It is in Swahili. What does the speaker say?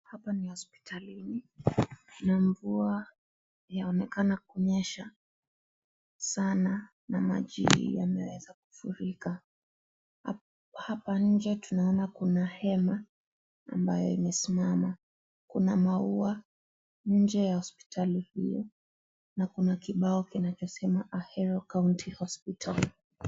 Hapa ni hospitalini na mvua inaonekana kunyesha sana na maji yameweza kufurika, hapa nje tunaona kuna hema ambayo imesimama kuna maua nje ya hospitali hiyo na kuna kibao kinasema Ahero County Hospital.